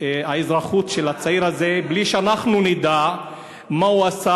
האזרחות של הצעיר הזה בלי שאנחנו נדע מה הוא עשה,